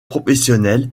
professionnelles